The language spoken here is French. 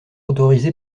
autorisés